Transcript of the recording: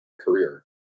career